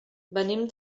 venim